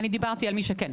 אני דיברתי על מי שכן,